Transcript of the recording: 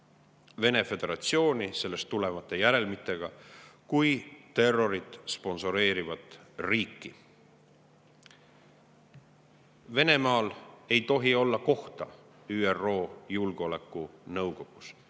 Vene föderatsioon sellest tulenevate järelmitega on terrorit sponsoreeriv riiki. Venemaal ei tohi olla kohta ÜRO Julgeolekunõukogus.